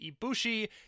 Ibushi